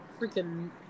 freaking